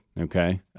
Okay